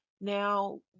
now